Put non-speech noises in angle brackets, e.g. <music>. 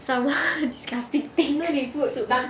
some <laughs> disgusting thing soup